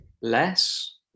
less